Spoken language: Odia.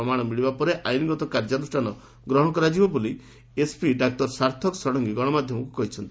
ପ୍ରମାଣ ମିଳିବା ପରେ ଆଇନଗତ କାର୍ଯ୍ୟାନୁଷ୍ଠାନ ଗ୍ରହଶ କରାଯିବ ବୋଲି ଏସ୍ପି ଡାକ୍ତର ସାର୍ଥକ ଷଡଙ୍ଗୀ ଗଶମାଧ୍ଧମକୁ କହିଛନ୍ତି